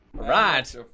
right